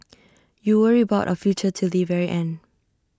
you worry about our future till the very end